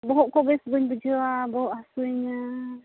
ᱵᱚᱦᱚᱜ ᱠᱚ ᱵᱮᱥ ᱵᱟᱹᱧ ᱵᱩᱡᱷᱟᱹᱣᱟ ᱵᱚᱦᱚᱜ ᱦᱟᱹᱥᱩᱭᱤᱧᱟᱹ